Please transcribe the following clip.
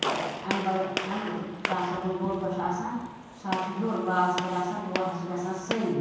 تہٕ امہِ بَغٲر شاہ صٲبُن بوٚڈ دۄہ چھُ آسان سُہ حظ چھُ ہیوٚر بالَس پیٚٹھ آسان تور حظ چھِ گَژھان سٲری